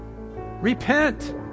Repent